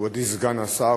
מכובדי סגן השר,